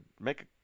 make